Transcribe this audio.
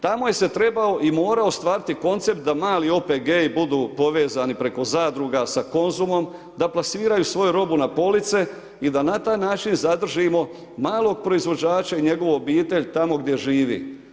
Tamo se trebao i morao ostvariti koncept da mali OPG-i budu povezani preko zadruga, sa Konzumom, da plasiraju svoju robu na police i da na taj način zadržimo malog proizvođača i njegovu obitelj tamo gdje živi.